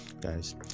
guys